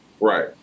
right